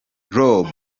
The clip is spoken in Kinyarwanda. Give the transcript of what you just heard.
rob